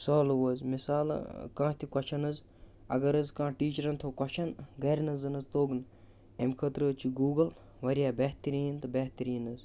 solve حظ مِثال کانٛہہ تہِ کۄچھَن حظ اگر حظ کانٛہہ ٹیٖچرَن تھوٚو کۄچھَن گَرِ نہٕ حظ زَن حظ توٚگ نہٕ اَمہِ خٲطرٕ حظ چھِ گوٗگٕل واریاہ بہتریٖن تہٕ بہتریٖن حظ